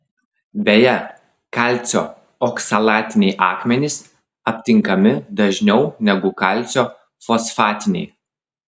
beje kalcio oksalatiniai akmenys aptinkami dažniau negu kalcio fosfatiniai